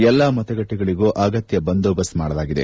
ಎಲ್ಲಾ ಮತ ಗಟ್ಟೆಗಳಗೂ ಅಗತ್ಜ ಬಂದೋಬಸ್ತ್ ಮಾಡಲಾಗಿದೆ